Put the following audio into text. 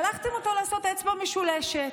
שלחתם אותו לעשות אצבע משולשת,